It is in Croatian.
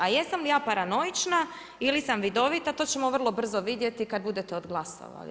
A jesam li ja paranoična ili sam vidovita, to ćemo vrlo brzo vidjeti, kad budete odglasovali.